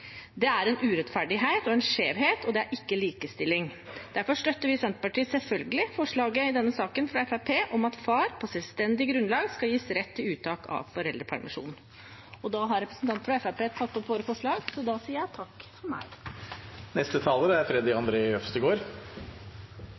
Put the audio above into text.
Det er nå en urettferdighet og en skjevhet, og det er ikke likestilling. Derfor støtter vi i Senterpartiet selvfølgelig forslaget i denne saken fra Fremskrittspartiet om at far, på selvstendig grunnlag, skal gis rett til uttak av foreldrepermisjon. Jeg skal bare kort legge fram det ene forslaget fra SV i saken. Grunnen til at vi legger inn et eget forslag om selvstendig uttaksrett for far, er